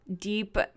deep